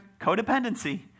codependency